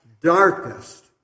darkest